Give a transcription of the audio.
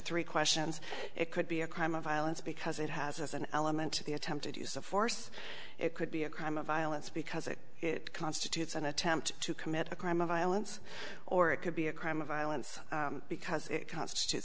three questions it could be a crime of violence because it has an element to the attempted use of force it could be a crime of violence because it it constitutes an attempt to commit a crime of violence or it could be a crime of violence because it const